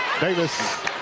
Davis